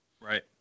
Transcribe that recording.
Right